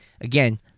again